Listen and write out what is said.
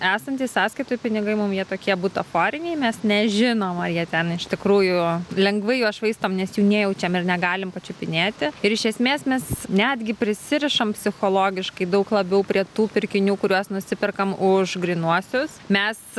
esantys sąskaitoj pinigai mums jie tokie butaforiniai mes nežinome ar jie ten iš tikrųjų lengvai juos švaistom nes jų nejaučiam ir negalim pačiupinėti ir iš esmės mes netgi prisirišam psichologiškai daug labiau prie tų pirkinių kuriuos nusiperkam už grynuosius mes